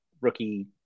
rookie